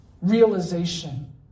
realization